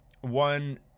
one